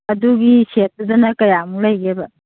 ꯑꯗꯨꯒꯤ ꯁꯦꯠꯇꯨꯗꯅ ꯀꯌꯥꯃꯨꯛ ꯂꯩꯒꯦꯕ